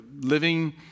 living